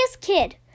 kid